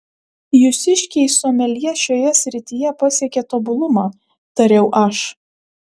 jūsiškiai someljė šioje srityje pasiekė tobulumą tariau aš